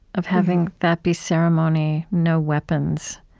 of having that be ceremony, no weapons.